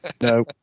No